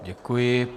Děkuji.